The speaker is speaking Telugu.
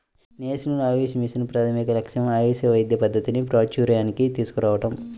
నేషనల్ ఆయుష్ మిషన్ ప్రాథమిక లక్ష్యం ఆయుష్ వైద్య పద్ధతిని ప్రాచూర్యానికి తీసుకురావటం